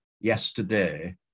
yesterday